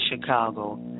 Chicago